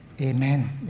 Amen